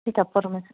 पिता परमे